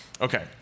Okay